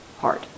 hard